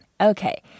Okay